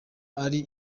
ari